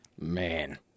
Man